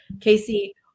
Casey